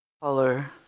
Color